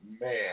man